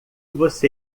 você